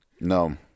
No